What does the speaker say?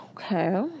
okay